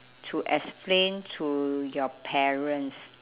to explain to your parents